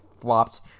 flopped